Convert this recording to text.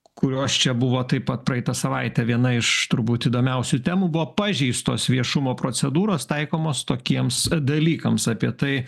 kurios čia buvo taip pat praeitą savaitę viena iš turbūt įdomiausių temų buvo pažeistos viešumo procedūros taikomos tokiems dalykams apie tai